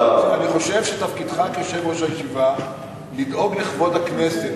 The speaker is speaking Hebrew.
אני חושב שתפקידך כיושב-ראש הישיבה לדאוג לכבוד הכנסת,